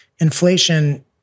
inflation